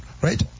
Right